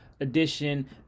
edition